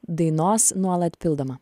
dainos nuolat pildoma